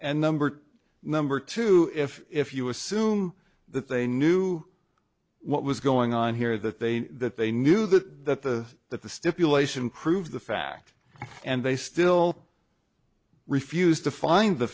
and number two number two if if you assume that they knew what was going on here that they that they knew that the that the stipulation prove the fact and they still refused to find the